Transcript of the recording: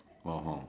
oh oh